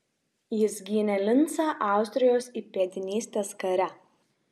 jis gynė lincą austrijos įpėdinystės kare